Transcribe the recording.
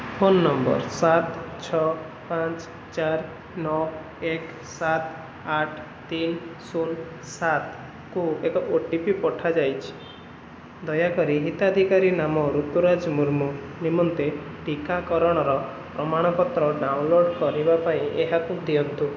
phone number ସାତ ଛଅ ପାଞ୍ଚ ଚାରି ନଅ ଏକ ସାତ ଆଠ ତିନି ଶୂନ ସାତକୁ ଏକ ଓ ଟି ପି ପଠାଯାଇଛି ଦୟାକରି ହିତାଧିକାରୀ ନାମ ରୁତୁରାଜ ମୁର୍ମୁ ନିମନ୍ତେ ଟିକାକରଣର ପ୍ରମାଣପତ୍ର ଡାଉନଲୋଡ଼ କରିବା ପାଇଁ ଏହାକୁ ଦିଅନ୍ତୁ